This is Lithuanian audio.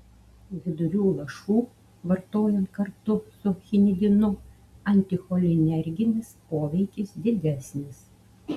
vidurių lašų vartojant kartu su chinidinu anticholinerginis poveikis didesnis